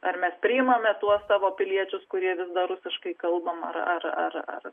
ar mes priimame tuos savo piliečius kurie vis dar rusiškai kalba ar ar